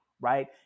Right